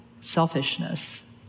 selfishness